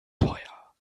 teuer